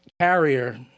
Carrier